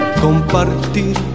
compartir